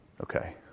Okay